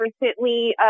recently